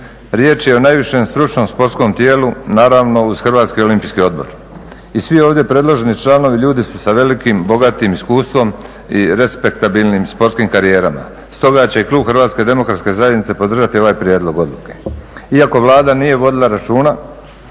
Riječ je o najvišem stručnom sportskom tijelu naravno uz Hrvatski olimpijski odbora. I svi ovdje predloženi članovi ljudi su sa velikim, bogatim iskustvom i respektabilnim sportskim karijerama. Stoga će klub Hrvatske demokratske zajednice podržati ovaj prijedlog odluke. Iako Vlada nije vodila računa